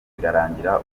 birarangira